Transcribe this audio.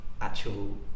actual